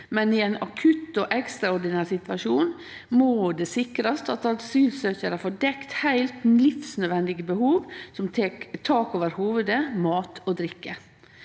men i ein akutt og ekstraordinær situasjon må det sikrast at asylsøkjarar får dekt heilt livsnødvendige behov, som tak over hovudet, mat og drikke.